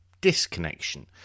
disconnection